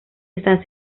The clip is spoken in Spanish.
están